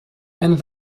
einer